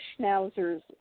schnauzers